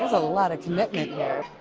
a lot of commitment here.